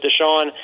Deshaun